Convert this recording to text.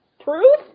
proof